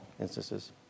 instances